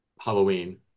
Halloween